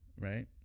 right